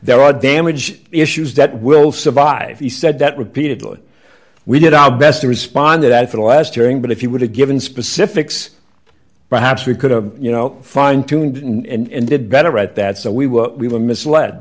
there are damage issues that will survive he said that repeatedly we did our best to respond to that for the last hearing but if you would have given specifics perhaps we could have you know fine tuned in and did better at that so we were we were misled